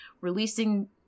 releasing